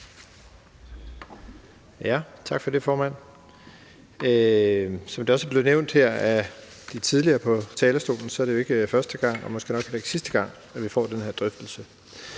Tak for det, formand. Som det også er blevet nævnt af de tidligere talere på talerstolen, er det jo ikke første gang og nok heller ikke sidste gang, at vi får den her drøftelse.